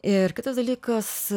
ir kitas dalykas